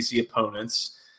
opponents